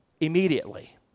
immediately